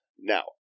Now